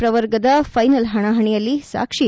ಪ್ರವರ್ಗದ final ಪಣಾಪಣಿಯಲ್ಲಿ ಸಾಕ್ಷಿ